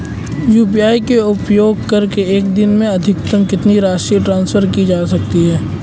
UPI का उपयोग करके एक दिन में अधिकतम कितनी राशि ट्रांसफर की जा सकती है?